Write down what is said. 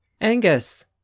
angus